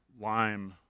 lime